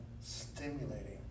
stimulating